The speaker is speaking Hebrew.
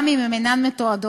גם אם הן אינן מתועדות,